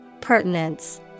Pertinence